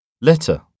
Letter